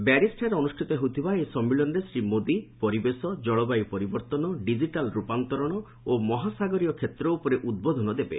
ବାରିଜ୍ଠାରେ ଅନୁଷ୍ଠିତ ହେଉଥିବା ଏହି ସମ୍ମିଳନୀରେ ଶ୍ରୀ ମୋଦୀ ପରିବେଶ ଜଳବାୟୁ ପରିବର୍ଭନ ଡିଜିଟାଲ୍ ରୁପାନ୍ତରଣ ଓ ମହାସାଗରୀୟ କ୍ଷେତ୍ର ଉପରେ ଉଦ୍ବୋଧନ ଦେବେ